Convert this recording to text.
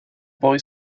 boy